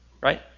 Right